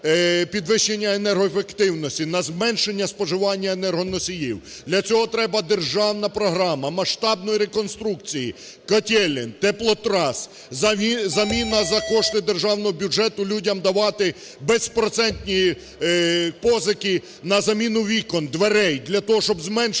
підвищення енергоефективності, на зменшення споживання енергоносіїв. Для цього треба державна програма масштабної реконструкції котелень, теплотрас, заміна за кошти державного бюджету, людям давати безпроцентні позики на заміну вікон, дверей для того, щоб зменшити енергоспоживання.